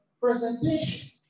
presentation